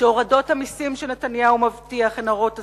שהורדות המסים שנתניהו מבטיח הן הרות אסון.